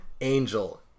Angel